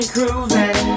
cruising